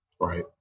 Right